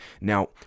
now